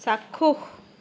চাক্ষুষ